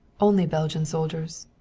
only belgian soldiers.